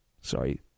Sorry